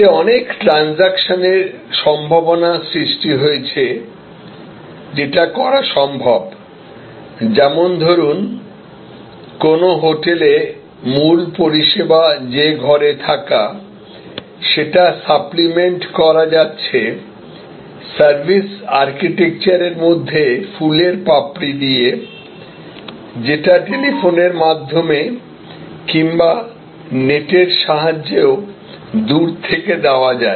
এতে অনেক ট্রানজেকশনের সম্ভাবনা সৃষ্টি হয়েছে যেটা করা সম্ভব যেমন ধরুন কোন হোটেলে মূল পরিষেবা যে ঘরে থাকা সেটা সাপ্লিমেন্ট করা যাচ্ছে সার্ভিস আর্কিটেকচারের মধ্যে ফুলের পাপড়ি দিয়ে যেটা টেলিফোনের মাধ্যমে কিংবা নেটের সাহায্যে দূর থেকেও দেওয়া যায়